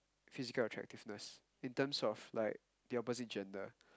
physical attractiveness in terms of like the opposite gender